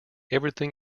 everything